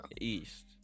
East